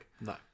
No